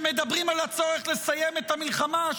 שמדברים על הצורך לסיים את המלחמה?